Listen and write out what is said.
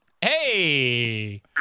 Hey